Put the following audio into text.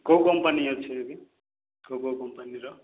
କେଉଁ କମ୍ପାନୀ ଅଛି ଆଜ୍ଞା କେଉଁ କେଉଁ କମ୍ପାନୀର